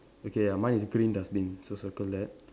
okay lah mine is green dustbin so circle that